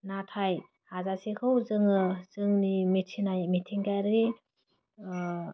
नाथाय हाजासेखौ जोङो जोंनि मिथिनाय मिथिंगायारि